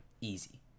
easy